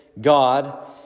God